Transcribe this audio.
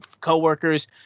coworkers